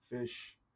fish